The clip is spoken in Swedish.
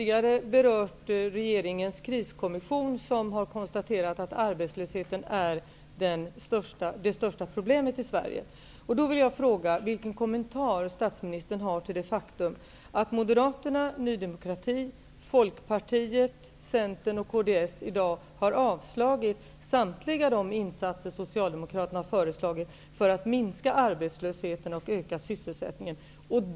Fru talman! Jag vill ställa en fråga till statsministern. Vi har tidigare berört regeringens kriskommission som har konstaterat att arbetslösheten är det största problemet i Sverige. Folkpartiet, Centern och kds i dag har avslagit samtliga de insatser som Socialdemokraterna har föreslagit för att minska arbetslösheten och öka sysselsättningen.